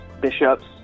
bishops